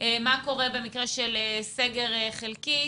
לגבי מה שקורה במקרה של סגר חלקי,